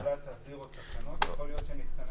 אם הממשלה תעביר עוד תקנות יכול להיות שנתכנס